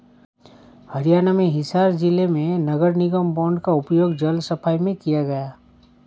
हरियाणा में हिसार जिले में नगर निगम बॉन्ड का उपयोग जल सफाई में किया गया